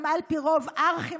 הם על פי רוב ארכי-מרצחים.